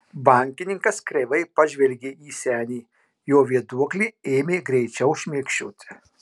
bankininkas kreivai pažvelgė į senį jo vėduoklė ėmė greičiau šmėkščioti